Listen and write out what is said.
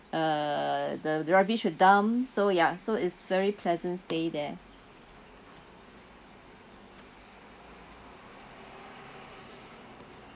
uh the rubbish were dumped so ya so it's very pleasant stay there